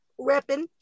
repping